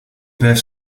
peuvent